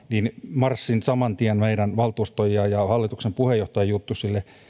marssin saman tien meidän valtuuston ja ja hallituksen puheenjohtajien juttusille